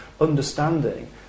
understanding